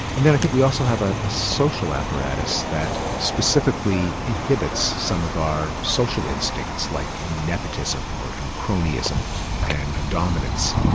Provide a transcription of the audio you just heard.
and then i think we also have a ah social apparatus that specifically inhibits some of our social instincts, like in nepotism or in and cronyism and dominance.